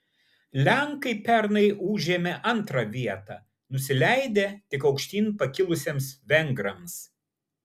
lenkai pernai užėmė antrą vietą nusileidę tik aukštyn pakilusiems vengrams